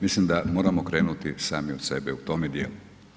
Mislim da moramo krenuti sami od sebe u tome djelu.